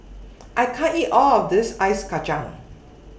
I can't eat All of This Ice Kacang